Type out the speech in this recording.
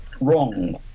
wrong